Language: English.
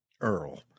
Earl